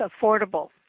affordable